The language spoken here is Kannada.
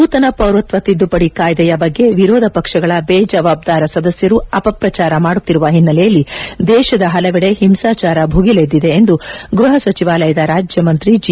ನೂತನ ಪೌರತ್ನ ತಿದ್ಲುಪಡಿ ಕಾಯ್ದೆಯ ಬಗ್ಗೆ ವಿರೋಧ ಪಕ್ಷಗಳ ಬೇಜವಬ್ದಾರ ಸದಸ್ನರು ಅಪಕ್ರಚಾರ ಮಾಡುತ್ತಿರುವ ಹಿನ್ನೆಲೆಯಲ್ಲಿ ದೇಶದ ಪಲವೆಡೆ ಹಿಂಸಾಚಾರ ಭುಗಿಲೆದ್ಲಿದೆ ಎಂದು ಗ್ರಹ ಸಚಿವಾಲಯದ ರಾಜ್ಯ ಮಂತ್ರಿ ಜೆ